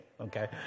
okay